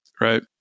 Right